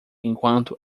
enquanto